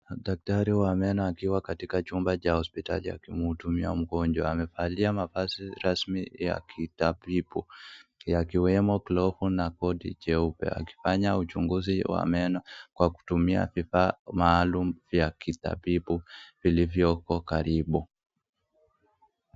Madaktari wa meno akiwa katika chumba cha hospitali akimhudumia mgonjwa. Amevalia mavazi rasmi ya kitabibu yakiwemo glovu na koti jeupe, akifanya uchunguzi wa meno kwa kutumia vifaa maalum vya kitabibu vilivyoko karibu.